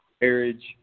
marriage